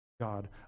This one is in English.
God